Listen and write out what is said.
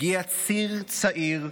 הגיע ציר צעיר,